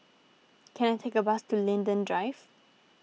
can I take a bus to Linden Drive